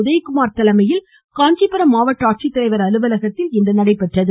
உதயகுமார் தலைமையில் காஞ்சிபுர மாவட்ட ஆட்சித்தலைவர் அலுவலகத்தில் நடைபெற்றது